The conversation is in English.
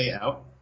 out